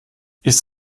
ist